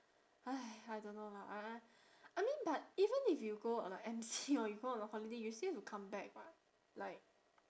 !hais! I don't know lah I uh I mean but even if you go on a M_C or you go on a holiday you still have to come back [what] like